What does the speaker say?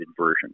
version